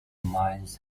mines